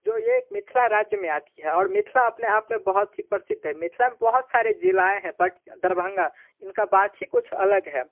जो ये एक मिथिला राज्य में आती है और मिथिला अपने आप में बहुत ही प्रसिद्ध है मिथिला में बहुत सारे ज़िले हैं बट दरभंगा इसकी बात ही कुछ अलग है